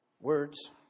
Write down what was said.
words